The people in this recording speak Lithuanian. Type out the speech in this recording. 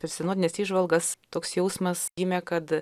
per sinodines įžvalgas toks jausmas gimė kad